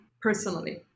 personally